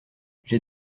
j’ai